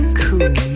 cool